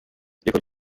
ibirwa